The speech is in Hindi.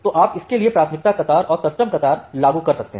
तो आप इसके लिए प्राथमिकता कतार और कस्टम कतार लागू कर सकते हैं